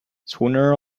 sooner